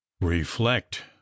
Reflect